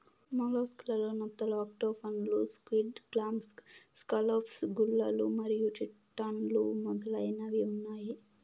mollusc లలో నత్తలు, ఆక్టోపస్లు, స్క్విడ్, క్లామ్స్, స్కాలోప్స్, గుల్లలు మరియు చిటాన్లు మొదలైనవి ఉన్నాయి